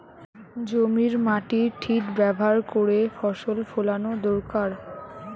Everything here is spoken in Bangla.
জমির মাটির ঠিক ব্যাভার কোরে ফসল ফোলানো দোরকার